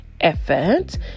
effort